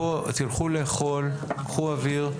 תלכו לאכול, קחו אוויר.